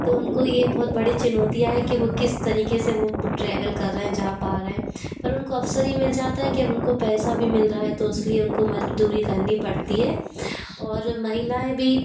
तो उनको ये बहुत बड़ी चुनौतियाँ है कि वो किस तरीके से वो ट्रेवल कर रहे हें जा पा रहे हैं पर उनको अवसर ये मिल जाता है कि अब उनको पैसा भी मिल रहा है तो इसलिए उनको मजदूरी करनी पड़ती है और महिलाऍं भी